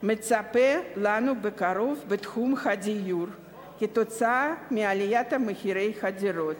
מצפה לנו בקרוב בתחום הדיור כתוצאה מעליית מחירי הדירות,